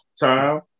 time